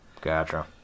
Gotcha